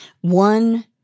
One